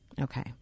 Okay